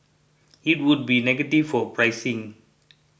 it would be negative for pricing